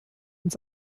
uns